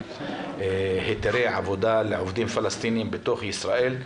היתרי עבודה לעובדים פלסטינים בתוך ישראל.